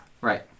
Right